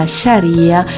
sharia